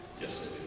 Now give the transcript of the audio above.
Yes